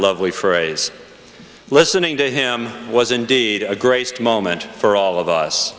lovely phrase listening to him was indeed a great moment for all of us